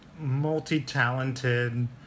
multi-talented